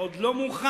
ועוד לא מאוחר.